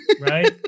right